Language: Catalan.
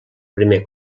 primer